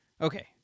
okay